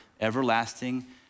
Everlasting